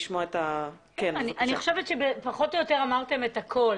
אני חושבת שפחות או יותר אמרתם את הכול,